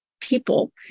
people